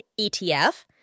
ETF